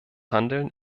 handeln